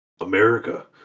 America